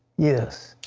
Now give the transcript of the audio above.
yes.